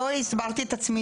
אז לא הסברתי את עצמי.